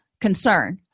concern